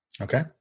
Okay